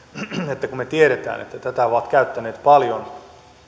kun me tiedämme että tätä ovat käyttäneet paljon